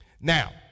Now